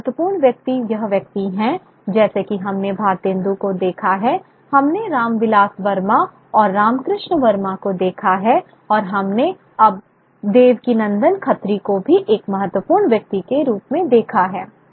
ये महत्वपूर्ण व्यक्ति यह व्यक्ति हैं जैसे कि हमने भारतेन्दु को देखा है हमने रामविलास वर्मा और रामकृष्ण वर्मा को देखा है और हमने अब देवकीनंदन खत्री को भी एक महत्वपूर्ण व्यक्ति के रूप में देखा है